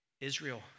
Israel